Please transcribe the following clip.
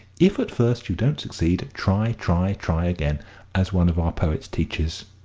if at first you don't succeed, try, try, try, again as one of our own teaches.